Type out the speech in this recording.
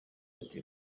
ati